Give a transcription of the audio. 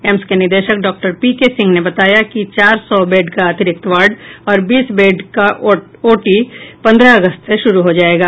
AIIMS के निदेशक doctor P K Singh ने बताया कि चार सौ बेड का अतिरिक्त वार्ड और बीस बेड का ओटी पन्द्रह अगस्त से शुरू हो जायेगा